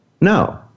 No